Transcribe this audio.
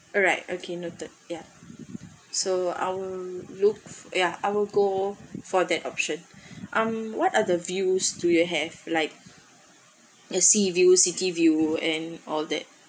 alright okay noted ya so I'll look ya I will go for that option um what are the views do you have like sea view city view and all that